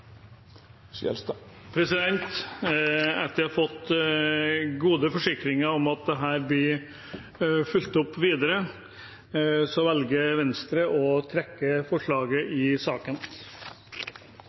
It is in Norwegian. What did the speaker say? Etter å ha fått gode forsikringer om at dette blir fulgt opp videre, velger Venstre å trekke forslaget i saken. Representanten André N. Skjelstad har dermed trekt forslaget frå Venstre. Når forslaget